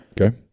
Okay